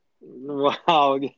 Wow